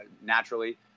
naturally